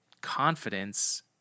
confidence